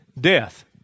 death